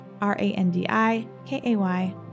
r-a-n-d-i-k-a-y